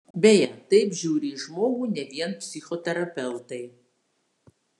beje taip žiūri į žmogų ne vien psichoterapeutai